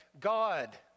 God